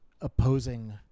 opposing